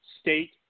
state